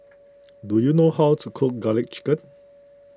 do you know how to cook Garlic Chicken